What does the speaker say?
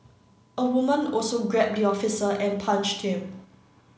a woman also grabbed the officer and punched him